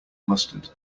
mustard